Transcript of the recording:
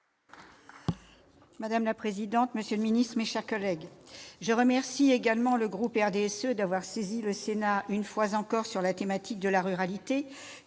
Madame la présidente, monsieur le ministre, mes chers collègues, je remercie également le groupe du RDSE d'avoir saisi le Sénat une fois encore sur la thématique de la ruralité,